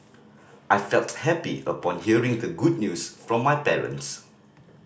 I felt happy upon hearing the good news from my parents